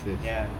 ya